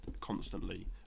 constantly